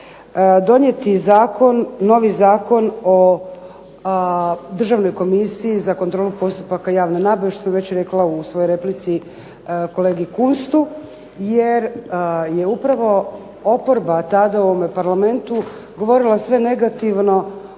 donijeti novi Zakon o Državnoj komisiji za kontrolu postupaka javne nabave što sam već rekla u svojoj replici kolegi Kunstu jer je upravo oporba tada u ovom Parlamentu govorila sve negativno,